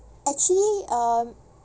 actually um